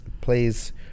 plays